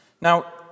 Now